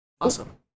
Awesome